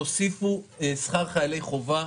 תוסיפו שכר חיילי חובה.